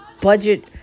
budget